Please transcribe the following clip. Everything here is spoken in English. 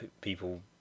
people